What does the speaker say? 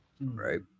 Right